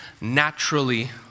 naturally